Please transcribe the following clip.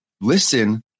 listen